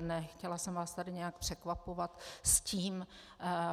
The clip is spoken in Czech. Nechtěla jsem vás tady nějak překvapovat s tím